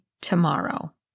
tomorrow